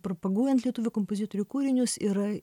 propaguojant lietuvių kompozitorių kūrinius yra